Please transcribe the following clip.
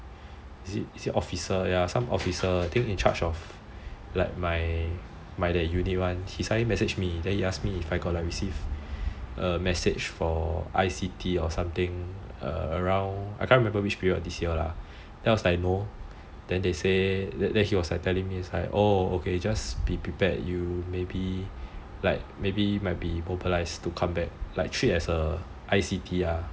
is it officer ya some officer I think in charge of like my that unit he suddenly message me then he ask me if I got like receive message for I_C_T or something around I can't remember which period this year lah then I was like no then they say then he was telling me like oh just be prepared you maybe might be mobilised to come back like treat as a I_C_T ah